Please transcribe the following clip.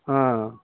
ఆ